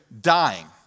dying